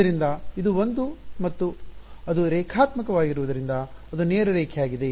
ಆದ್ದರಿಂದ ಇದು ಒಂದು ಮತ್ತು ಅದು ರೇಖಾತ್ಮಕ ವಾಗಿರುವುದರಿಂದ ಅದು ನೇರ ರೇಖೆಯಾಗಿದೆ